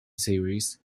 series